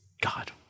God